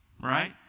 right